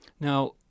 Now